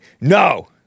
No